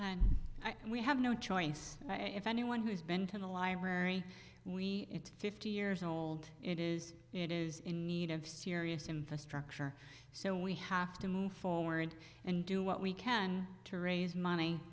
and i and we have no choice if anyone who's been to the library we fifty years old it is it is in need of serious infrastructure so we have to move forward and do what we can to raise money